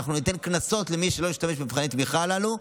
אנחנו ניתן קנסות למי שלא ישתמש במבחני התמיכה הללו,